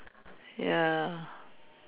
ya